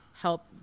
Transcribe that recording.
help